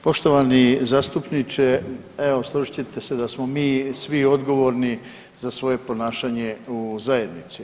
Poštovani zastupniče, evo složit ćete se da smo mi svi odgovorni za svoje ponašanje u zajednici.